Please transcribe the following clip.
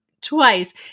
twice